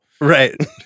Right